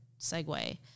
segue